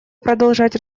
продолжать